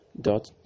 dot